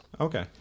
Okay